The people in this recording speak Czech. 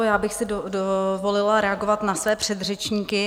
Já bych si dovolila reagovat na své předřečníky.